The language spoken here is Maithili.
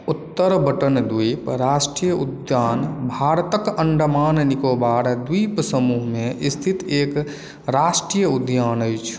उत्तर बटन द्वीप राष्ट्रीय उद्यान भारतक अंडमान निकोबार द्वीप समूहमे स्थित एक राष्ट्रीय उद्यान अछि